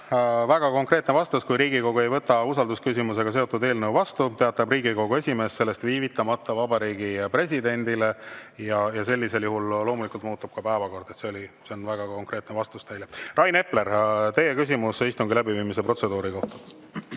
Väga konkreetne vastus: kui Riigikogu ei võta usaldusküsimusega seotud eelnõu vastu, teatab Riigikogu esimees sellest viivitamata Vabariigi Presidendile ja sellisel juhul loomulikult muutub ka päevakord. See on väga konkreetne vastus teile. Rain Epler, teie küsimus istungi läbiviimise protseduuri kohta!